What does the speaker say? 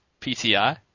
PTI